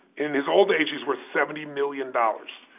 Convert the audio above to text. in his old age he's worth seventy million dollars.